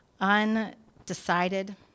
undecided